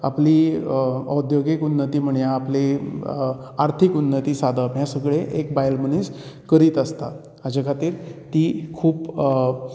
आपली औद्योगीक उन्नती म्हणया आपली आर्थिक उन्नती सादप हे सगळें एक बायल मनीस करीत आसता हाजे खातीर ही खूब